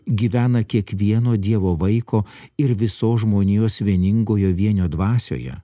gyvena kiekvieno dievo vaiko ir visos žmonijos vieningojo vienio dvasioje